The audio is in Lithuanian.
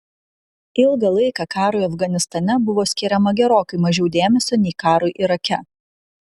ilgą laiką karui afganistane buvo skiriama gerokai mažiau dėmesio nei karui irake